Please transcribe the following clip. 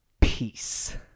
Peace